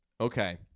Okay